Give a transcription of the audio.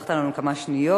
וחסכת לנו כמה שניות.